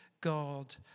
God